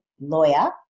lawyer